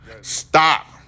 Stop